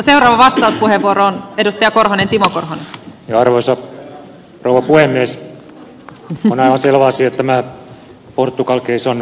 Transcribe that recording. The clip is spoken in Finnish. on aivan selvä asia että tämä portugali keissi on hoidettava